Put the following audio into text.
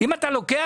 אם אתה לוקח,